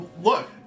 Look